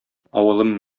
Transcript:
авылым